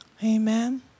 Amen